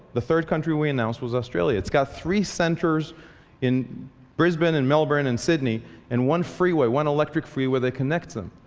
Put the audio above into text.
the third country we announced was australia. it's got three centers in brisbane, in melbourne, in sydney and one freeway, one electric freeway that connects them.